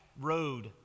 road